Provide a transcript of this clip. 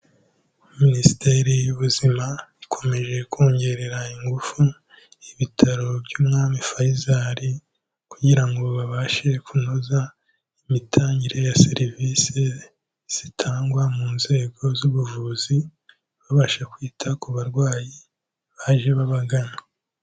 Minisiteri y'Ubuzima ikomeje kongerera ingufu Ibitaro by'Umwami Faisal kugira ngo babashe kunoza imitangire ya serivisi zitangwa mu nzego z'ubuvuzi, babasha kwita ku barwayi baje babagana.